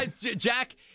Jack